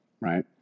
right